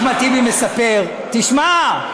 אחמד טיבי מספר, תשמע.